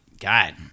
God